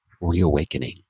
reawakening